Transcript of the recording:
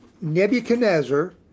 Nebuchadnezzar